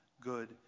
good